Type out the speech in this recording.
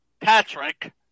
Patrick